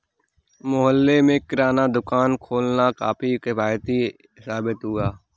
मोहल्ले में किराना दुकान खोलना काफी किफ़ायती साबित हुआ